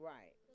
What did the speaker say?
Right